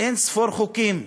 אין-ספור חוקים,